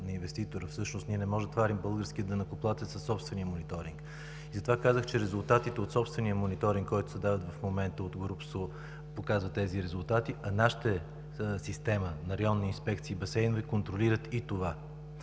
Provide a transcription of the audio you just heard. на инвеститора. Всъщност ние не може да товарим българския данъкоплатец със собствения мониторинг. Затова казах, че резултатите от собствения мониторинг, който се дава в момента от „Горубсо“, показва тези резултати, а нашата система на районните басейнови инспекции контролира и това.